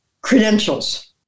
credentials